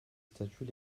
statut